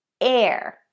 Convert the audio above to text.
air